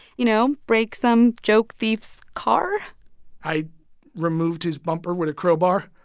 you know, break some joke thief's car i removed his bumper with a crowbar.